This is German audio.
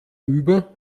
über